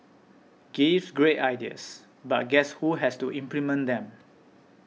gives great ideas but guess who has to implement them